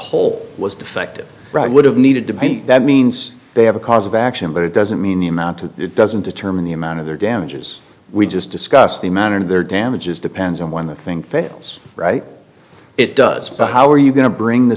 whole was defective would have needed to be that means they have a cause of action but it doesn't mean the amount of it doesn't determine the amount of their damages we just discussed the amount of their damages depends on when the thing fails right it does but how are you going to bring the